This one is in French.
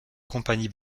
compagnie